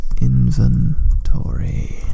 inventory